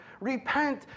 repent